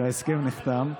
שההסכם נחתם,